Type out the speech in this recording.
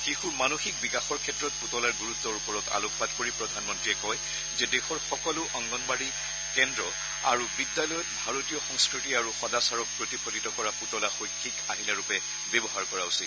শিশুৰ মানসিক বিকাশৰ ক্ষেত্ৰত পুতলাৰ গুৰুত্বৰ ওপৰত আলোকপাত কৰি প্ৰধানমন্ত্ৰীয়ে কয় যে দেশৰ সকলো অংগনবাদী কেদ্ৰ আৰু বিদ্যালয়ত ভাৰতীয় সংস্কৃতি আৰু সদাচাৰক প্ৰতিফলিত কৰা পুতলা শৈক্ষিক আহিলাৰূপে ব্যৱহাৰ কৰা উচিত